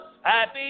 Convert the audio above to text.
happy